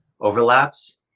overlaps